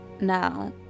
Now